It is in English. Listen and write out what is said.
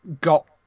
got